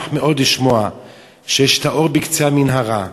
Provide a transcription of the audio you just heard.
מאוד לשמוע שיש את האור בקצה המנהרה,